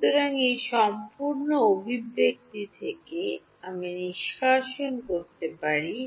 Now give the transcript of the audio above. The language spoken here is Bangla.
সুতরাং এই সম্পূর্ণ অভিব্যক্তি থেকে আমি নিষ্কাশন করতে পারি